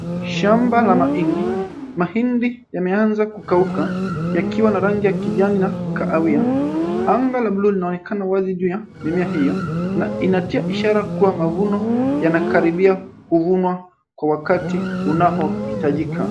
Shamba la mahindi. Mahindi yameanza kukauka yakiwa na rangi ya kijani na kahawia. Anga la bluu linaonekana wazi juu ya mimea hiyo na inatia ishara kuwa mavuno yanakaribia kuvunwa kwa wakati unapohitajika.